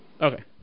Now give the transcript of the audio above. Okay